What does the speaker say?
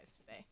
today